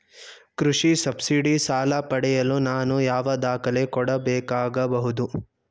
ಕೃಷಿ ಸಬ್ಸಿಡಿ ಸಾಲ ಪಡೆಯಲು ನಾನು ಯಾವ ದಾಖಲೆ ಕೊಡಬೇಕಾಗಬಹುದು?